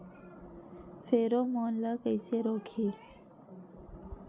Pheromone ला कइसे रोकही?